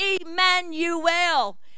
Emmanuel